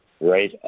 right